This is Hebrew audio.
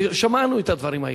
ושמענו את הדברים היום.